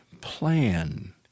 plan